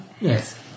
yes